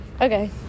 Okay